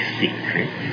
secret